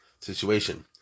situation